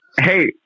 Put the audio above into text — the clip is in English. Hey